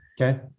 Okay